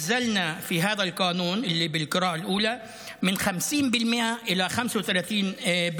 בחוק הזה הפחתנו בקריאה ראשונה מ-50% ל-35%.